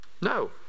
No